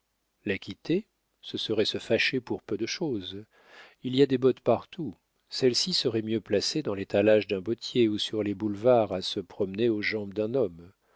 la quitter ce serait se fâcher pour peu de chose il y a des bottes partout celles-ci seraient mieux placées dans l'étalage d'un bottier ou sur les boulevards à se promener aux jambes d'un homme